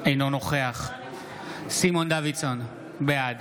אינו נוכח סימון דוידסון, בעד